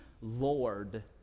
Lord